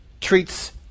treats